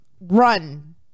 run